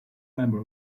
member